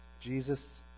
Jesus